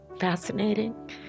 fascinating